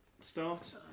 start